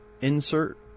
insert